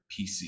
PC